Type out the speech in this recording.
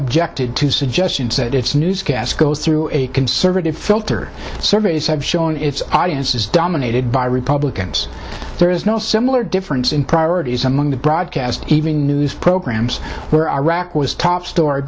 objected to suggestions that its newscast goes through a conservative filter surveys have shown its audience is dominated by republicans there is no similar difference in priorities among the broadcast evening news programs where iraq was top story